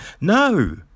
No